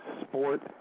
sport